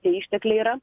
tie ištekliai yra